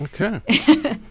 Okay